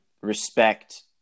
respect